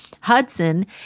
hudson